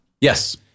Yes